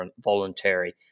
voluntary